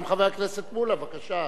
גם חבר הכנסת מולה, בבקשה.